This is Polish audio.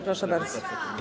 Proszę bardzo.